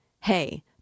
Hey